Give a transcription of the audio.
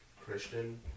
Christian